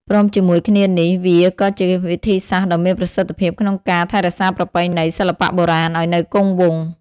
ព្រមជាមួយគ្នានេះ វាក៏ជាវិធីសាស្ត្រដ៏មានប្រសិទ្ធភាពក្នុងការ ថែរក្សាប្រពៃណី សិល្បៈបុរាណឱ្យនៅគង់វង្ស។